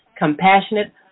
compassionate